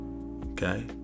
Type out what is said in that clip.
Okay